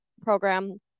program